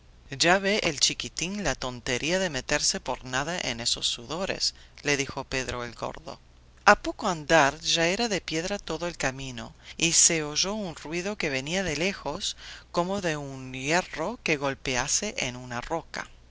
ya ve el chiquitín la tontería de meterse por nada en esos sudores le dijo pedro el gordo a poco andar ya era de piedra todo el camino y se oyó un ruido que venía de lejos como de un hierro que golpease en una roca